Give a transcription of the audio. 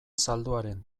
zalduaren